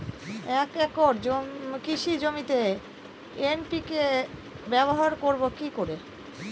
এক একর কৃষি জমিতে এন.পি.কে ব্যবহার করব কি করে?